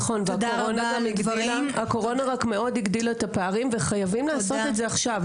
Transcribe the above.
נכון והקורונה רק מאוד הגדילה את הפערים וחייבים לעשות את זה עכשיו,